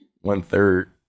one-third